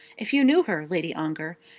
if you knew her, lady ongar,